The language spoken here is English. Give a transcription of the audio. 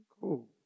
cool